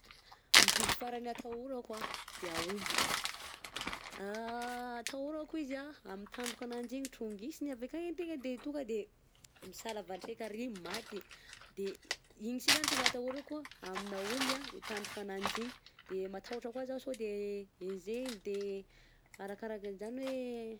Ny biby farany atahorako a aomby, atahorako izy amin'ny tandrokananjy igny trongisiny avy akagny an-tegna de tonga de misalavantreka arÿ maty, de igny sy zany tegna atahorako amina aomby i tandrokananjy igny de matahotra koà zaho so de enjehiny de arakaraka an'izany hoe.